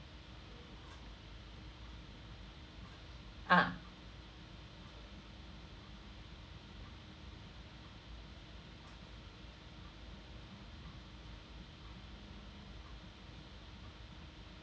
ah